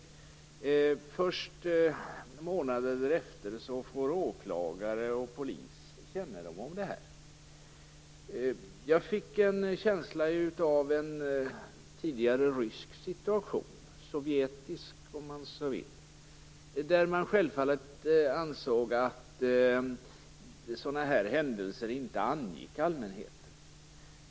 Först månaden efter fick åklagare och polis kännedom om händelsen. Jag fick en känsla som påminde om en tidigare rysk - sovjetisk, om man så vill - situation. Där ansåg man att händelser av den här typen inte angick allmänheten.